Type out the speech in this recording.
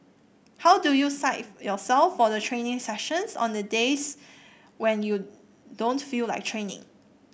how do you psych yourself for the training sessions on the days when you don't feel like training